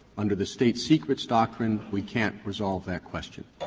under the state-secrets doctrine, we can't resolve that question.